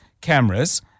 cameras